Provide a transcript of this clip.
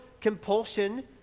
compulsion